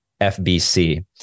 FBC